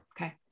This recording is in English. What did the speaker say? Okay